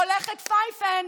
הולכת פייפן,